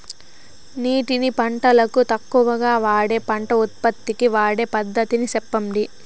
నీటిని పంటలకు తక్కువగా వాడే పంట ఉత్పత్తికి వాడే పద్ధతిని సెప్పండి?